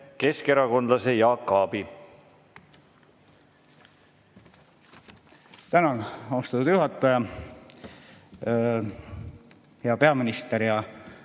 keskerakondlase Jaak Aabi. Tänan, austatud juhataja! Hea peaminister ja